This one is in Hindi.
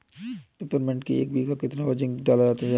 पिपरमिंट की एक बीघा कितना जिंक डाला जाए?